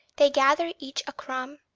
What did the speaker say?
they gather each a crumb.